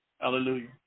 Hallelujah